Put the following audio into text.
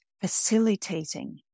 facilitating